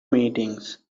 meetings